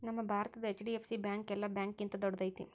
ನಮ್ಮ ಭಾರತದ HDFC bank ಯೆಲ್ಲಾ ಬ್ಯಾಂಕ್ಗಿಂತಾ ದೊಡ್ದೈತಿ